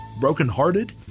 Brokenhearted